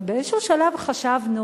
ובאיזשהו שלב חשבנו: